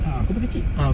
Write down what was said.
a'ah ku punya kecil